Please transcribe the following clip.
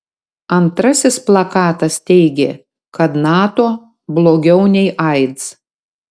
antrasis plakatas teigė kad nato blogiau nei aids